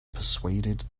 persuaded